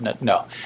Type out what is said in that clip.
No